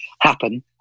happen